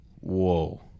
Whoa